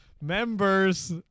members